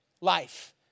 life